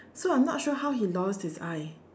so I'm not sure how he lost his eye